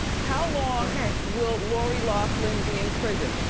how long will lori loughlin be in prison?